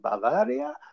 bavaria